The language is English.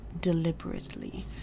deliberately